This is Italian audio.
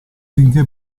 finché